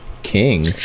king